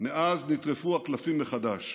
נטרפו הקלפים מחדש,